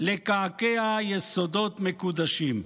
לקעקע יסודות מקודשים".